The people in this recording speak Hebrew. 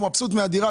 הם מבסוטים מהדירה,